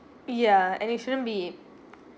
ya and you shouldn't be